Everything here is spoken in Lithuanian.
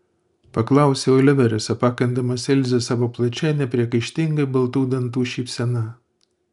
paklausė oliveris apakindamas ilzę savo plačia nepriekaištingai baltų dantų šypsena